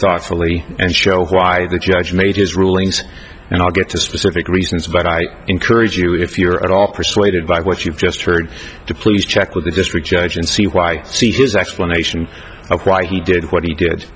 thoughtfully and show why the judge made his rulings and i'll get to specific reasons but i encourage you if you're at all persuaded by what you've just heard to please check with the district judge and see why his explanation of why he did what he did